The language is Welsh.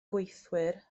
gweithwyr